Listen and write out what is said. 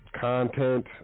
content